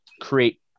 create